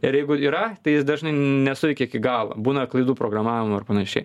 ir jeigu yra tai jis dažnai nesuveikia iki galo būna klaidų programavimo ir panašiai